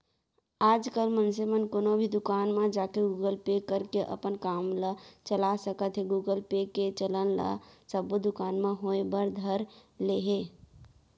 आजकल मनसे मन कोनो भी दुकान म जाके गुगल पे करके अपन काम ल चला सकत हें गुगल पे के चलन ह सब्बो दुकान म होय बर धर ले हे